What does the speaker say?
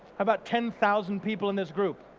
about ten thousand people in this group.